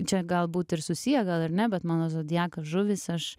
čia galbūt ir susiję gal ir ne bet mano zodiakas žuvis aš